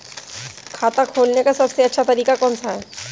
खाता खोलने का सबसे अच्छा तरीका कौन सा है?